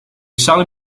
charles